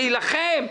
להילחם,